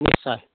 নিশ্চয়